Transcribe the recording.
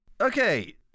Okay